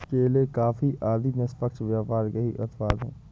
केले, कॉफी आदि निष्पक्ष व्यापार के ही उत्पाद हैं